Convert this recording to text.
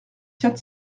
quatre